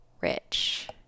rich